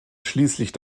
schließlich